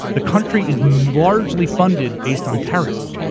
the country is largely funded based on tariffs.